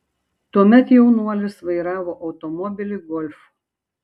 tuomet jaunuolis vairavo automobilį golf